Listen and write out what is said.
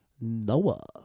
Noah